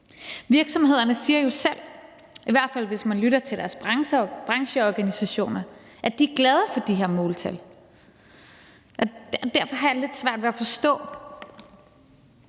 Virksomhederne siger jo selv – i hvert fald hvis man lytter til deres brancheorganisationer – at de er glade for de her måltal. Derfor har jeg lidt svært ved at forstå,